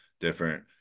different